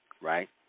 right